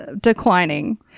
declining